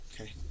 Okay